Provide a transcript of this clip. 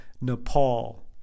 Nepal